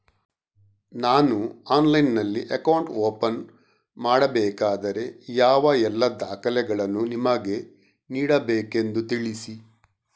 ನಾನು ಆನ್ಲೈನ್ನಲ್ಲಿ account open ಮಾಡಬೇಕಾದರೆ ಯಾವ ಎಲ್ಲ ದಾಖಲೆಗಳನ್ನು ನಿಮಗೆ ನೀಡಬೇಕೆಂದು ತಿಳಿಸಿ?